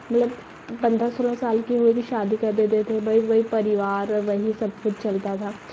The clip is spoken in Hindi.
मतलब पन्द्रह सोलह साल की होएगी शादी कर देते थे भाई वही परिवार और वही सब कुछ चलता था